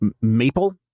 maple